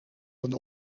van